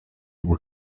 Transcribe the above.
were